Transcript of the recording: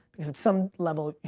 because at some level,